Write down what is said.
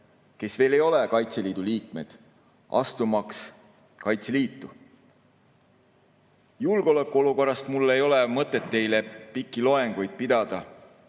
kes veel ei ole Kaitseliidu liikmed, astuma Kaitseliitu. Julgeolekuolukorrast mul ei ole mõtet teile pikki loenguid pidada.